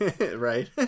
Right